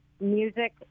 music